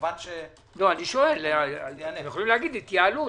תוכלו לומר: התייעלות